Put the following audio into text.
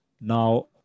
now